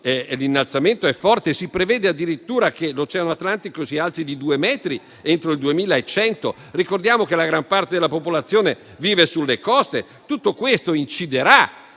l'innalzamento è forte. Si prevede addirittura che l'Oceano Atlantico si alzi di due metri entro il 2100. Ricordiamo che la gran parte della popolazione vive sulle coste. Pertanto tutto questo inciderà